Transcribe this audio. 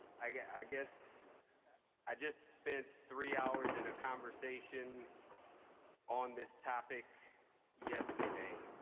i guess i guess i just spent three hours in a conversation on this topic yesterday.